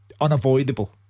unavoidable